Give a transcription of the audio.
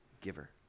giver